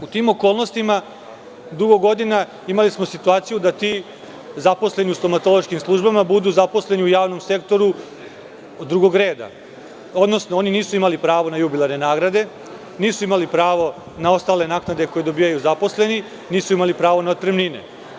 U tim okolnostima dugo godina imali smo situaciju da ti zaposleni u stomatološkim službama budu zaposleni u javnom sektoru drugog reda, odnosno, oni nisu imali pravo na jubilarne nagrade, nisu imali pravo na ostale naknade koje dobijaju zaposleni, nisu imali pravo na otpremnine.